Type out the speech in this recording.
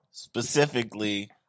Specifically